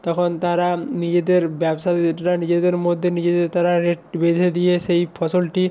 তখন তারা নিজেদের ব্যবসায়ীরা নিজেদের মধ্যে নিজেদের তারা রেট বেঁধে দিয়ে সেই ফসলটি